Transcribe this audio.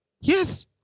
Yes